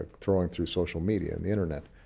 throwing through social media and the internet.